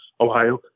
Ohio